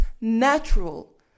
natural